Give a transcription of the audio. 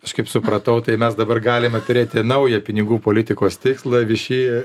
aš kaip supratau tai mes dabar galime turėti naują pinigų politikos tikslą vishy